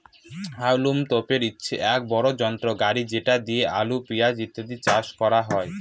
হাউলম তোপের হচ্ছে এক বড় যন্ত্র গাড়ি যেটা দিয়ে আলু, পেঁয়াজ ইত্যাদি চাষ করা হয়